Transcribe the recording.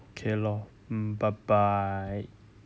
okay lor mm bye bye